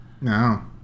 No